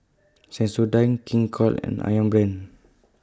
Sensodyne King Koil and Ayam Brand